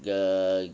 the